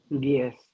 Yes